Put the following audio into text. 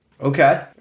Okay